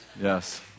Yes